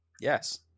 Yes